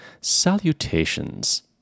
Salutations